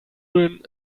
nudeln